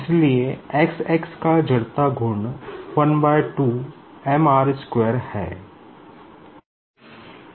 इसलिए xx का inertia है